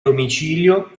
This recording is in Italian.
domicilio